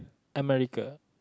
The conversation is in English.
America